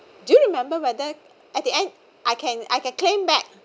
do you remember whether at the end I can I can claim back